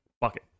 bucket